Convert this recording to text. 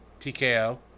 TKO